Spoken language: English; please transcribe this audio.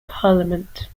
parliament